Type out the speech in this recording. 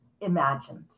imagined